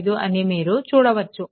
75 అని మీరు చూడవచ్చు